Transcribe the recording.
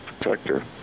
protector